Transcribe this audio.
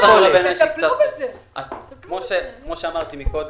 כמו שאמרתי קודם,